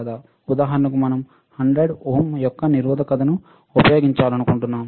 ఉదాహరణకు మనం 100 ఓం యొక్క నిరోధకoను ఉపయోగించాలనుకుంటున్నాము